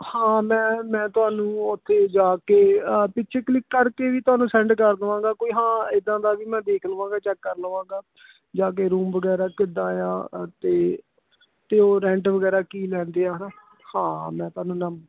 ਹਾਂ ਮੈਂ ਮੈਂ ਤੁਹਾਨੂੰ ਉੱਥੇ ਜਾ ਕੇ ਪਿਕਚਰ ਕਲਿਕ ਕਰਕੇ ਵੀ ਤੁਹਾਨੂੰ ਸੈਂਡ ਕਰ ਦਵਾਂਗਾ ਕੋਈ ਹਾਂ ਇੱਦਾਂ ਦਾ ਵੀ ਮੈਂ ਦੇਖ ਲਵਾਂਗਾ ਚੈੱਕ ਕਰ ਲਵਾਂਗਾ ਜਾ ਕੇ ਰੂਮ ਵਗੈਰਾ ਕਿੱਦਾਂ ਆ ਅਤੇ ਤਾਂ ਉਹ ਰੈਂਟ ਵਗੈਰਾ ਕੀ ਲੈਂਦੇ ਆ ਹੈ ਨਾ ਹਾਂ ਮੈਂ ਤੁਹਾਨੂੰ ਨੰਬਰ